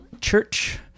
church